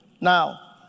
Now